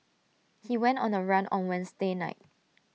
he went on the run on Wednesday night